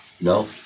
No